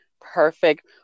Perfect